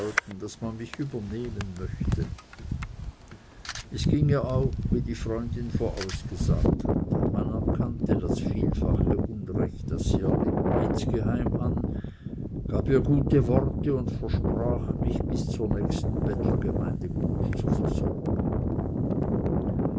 daß man mich übernehmen möchte es ging ihr auch wie die freundin vorausgesagt hatte man erkannte das vielfache unrecht das sie erlitten insgeheim an gab ihr gute worte und versprach mich bis zur nächsten bettlergemeinde gut zu versorgen